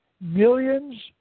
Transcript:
millions